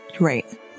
Right